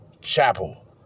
Chapel